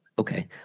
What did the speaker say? Okay